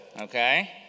Okay